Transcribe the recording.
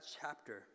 chapter